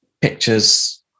pictures